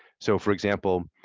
so, for example,